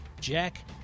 Jack